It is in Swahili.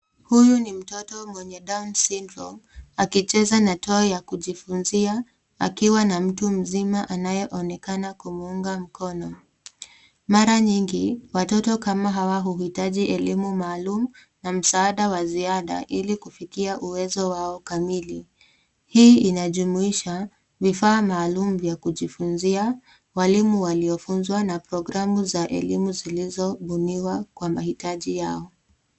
Huyu ni mtoto mwenye down syndrome akicheza na toy ya kujifunzia akiwa na mtu mzima anayeonekana kumuunga mkono, mara nyingi watoto kama hawa huhitaji elimu maalum na msaada wa ziada ili kufikia uwezo wao kamili, hii inajumuhisha vifaa maalum vya kujifunzia, walimu waliofunzwa na programu za elimu zilizobuniwa kwa mahitaji yao.